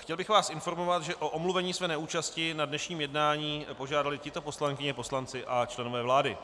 Chtěl bych vás informovat, že o omluvení své neúčasti na dnešním jednání požádali tito poslankyně, poslanci a členové vlády: